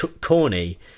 corny